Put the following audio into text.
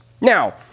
Now